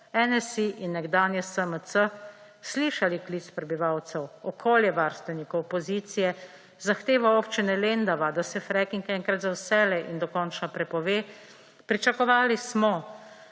NSi in nekdanje SMC slišali klic prebivalcev, okoljevarstvenikov, opozicije, zahteve občine Lendava, da se fracking enkrat za vselej in dokončno prepove. Pričakovali smo,